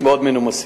מאוד מנומסים.